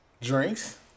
Drinks